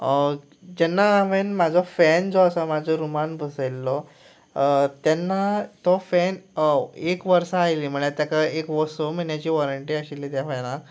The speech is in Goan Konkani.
जेन्ना हांवें म्हाजो फॅन जो आसा म्हाजो रुमान बसयल्लो तेन्ना तो फॅन एक वर्सा आयलीं म्हळ्या ताका एक वो स म्हयन्याची वॉरंटी आशिल्ली त्या फॅनाक